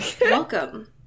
welcome